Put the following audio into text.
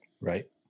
Right